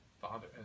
father